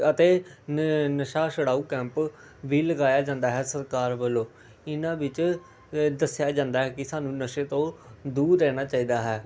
ਅਤੇ ਨ ਨਸ਼ਾ ਛਡਾਓ ਕੈਂਪ ਵੀ ਲਗਾਇਆ ਜਾਂਦਾ ਹੈ ਸਰਕਾਰ ਵੱਲੋਂ ਇਹਨਾਂ ਵਿੱਚ ਦੱਸਿਆ ਜਾਂਦਾ ਹੈ ਕਿ ਸਾਨੂੰ ਨਸ਼ੇ ਤੋਂ ਦੂਰ ਰਹਿਣਾ ਚਾਹੀਦਾ ਹੈ